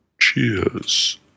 Cheers